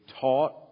taught